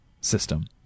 system